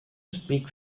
speak